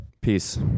Peace